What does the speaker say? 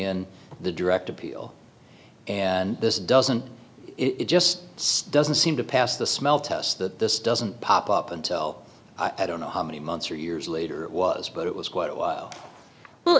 in the direct appeal and this doesn't it just doesn't seem to pass the smell test that this doesn't pop up until i don't know how many months or years later it was but it was quite a while well